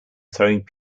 throwing